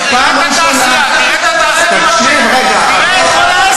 חוב תוצר יורד